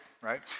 right